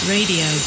Radio